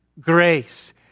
grace